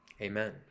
amen